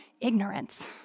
ignorance